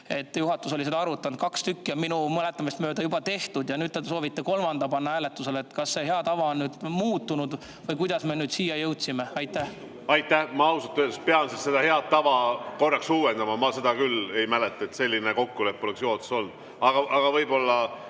Juhatus oli seda arutanud. Kaks tükki on minu mäletamist mööda juba tehtud ja nüüd te soovite kolmanda panna hääletusele. Kas see hea tava on nüüd muutunud või kuidas me siia jõudsime? Aitäh! Ma ausalt öeldes pean siis seda head tava uuendama. Ma seda küll ei mäleta, et selline kokkulepe oleks juhatuses olnud, aga võib-olla